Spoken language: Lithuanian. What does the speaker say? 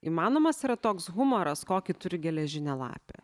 įmanomas yra toks humoras kokį turi geležinė lapė